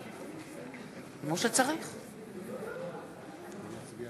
אינו נוכח יעקב